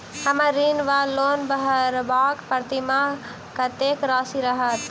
हम्मर ऋण वा लोन भरबाक प्रतिमास कत्तेक राशि रहत?